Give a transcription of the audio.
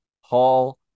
Hall